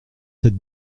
cette